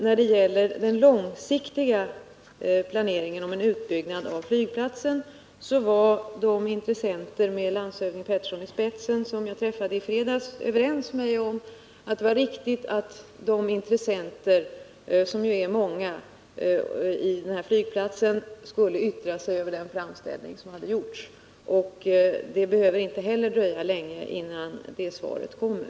När det gäller den långsiktiga planeringen för en utbyggnad av flygplatsen var de intressenter, med landshövding Harald Pettersson i spetsen, som jag träffade i fredags, överens med mig om att det var riktigt att intressenterna i den här flygplatsen — vilka ju är många — skulle yttra sig över den framställning som gjorts. Det behöver inte heller dröja länge innan det svaret kommer.